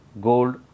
gold